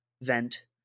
vent